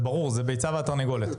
זה ברור, זה הביצה והתרנגולת.